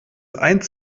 eins